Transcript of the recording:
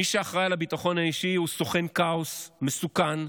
מי שאחראי לביטחון האישי הוא סוכן כאוס מסוכן,